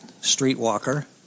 streetwalker